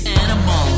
animal